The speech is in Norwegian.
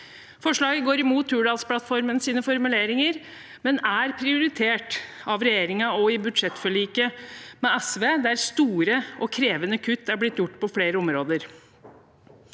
Forslaget går imot Hurdalsplattformens formuleringer, men er prioritert av regjeringen og i budsjettforliket med SV, der store og krevende kutt er blitt gjort på flere områder.